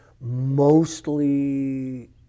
mostly